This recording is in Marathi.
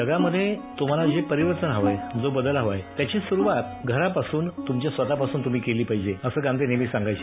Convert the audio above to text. जगामधे तुम्हाला जे परिवर्तन हवंय जो बदल हवाय त्याची सुरवात घरापासून तुमच्या स्वतपासून केली पाहिजे असं गांधी नेहमी सांगायचे